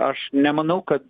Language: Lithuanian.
aš nemanau kad